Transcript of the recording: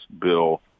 bill